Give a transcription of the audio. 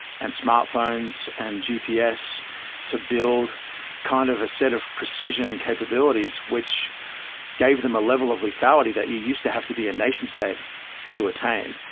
and smartphones, and gps to build kind of a set of precision capabilities, which gave them a level of lethality that you used to have to be a nation state to attain.